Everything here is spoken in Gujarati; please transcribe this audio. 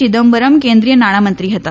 ચિદમ્બરમ કેન્દ્રીય નાણાં મંત્રી હતા